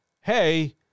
hey